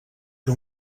que